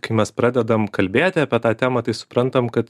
kai mes pradedam kalbėti apie tą temą tai suprantam kad